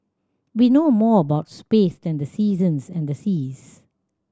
we know more about space than the seasons and the seas